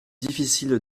difficile